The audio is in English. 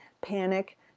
panic